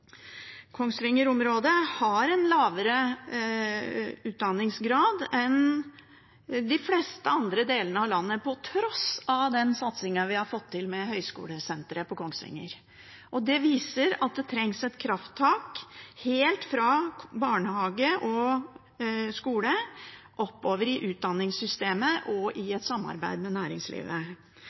har en lavere utdanningsgrad enn de fleste andre delene av landet på tross av den satsingen vi har fått med Høgskolesenteret i Kongsvinger. Det viser at det trengs et krafttak, helt fra barnehage og skole og oppover i utdanningssystemet og i et samarbeid med næringslivet.